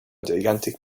gigantic